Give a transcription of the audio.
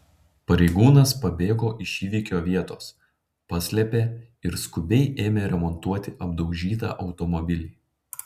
pareigūnas pabėgo iš įvykio vietos paslėpė ir skubiai ėmė remontuoti apdaužytą automobilį